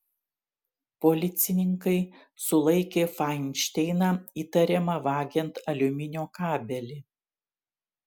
policininkai sulaikė fainšteiną įtariamą vagiant aliuminio kabelį